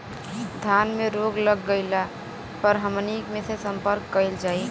धान में रोग लग गईला पर हमनी के से संपर्क कईल जाई?